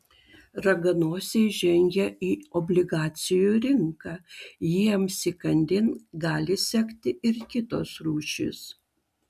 raganosiai žengia į obligacijų rinką jiems įkandin gali sekti ir kitos rūšys